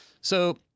So-